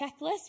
checklist